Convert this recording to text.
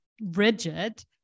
rigid